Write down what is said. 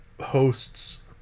hosts